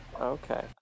Okay